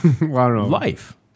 life